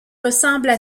ressemblent